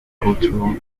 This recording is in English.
cultural